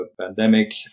pandemic